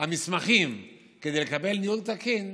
המסמכים כדי לקבל "ניהול תקין",